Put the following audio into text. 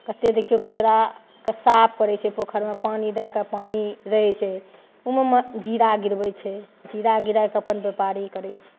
कते देखियौ कचड़ाके साफ करै छै पोखरिमे पानि दएके पानि रहै छै कोनोमे जीरा गिरबै छै जीरा गिरायके अपन व्यपारी करै छै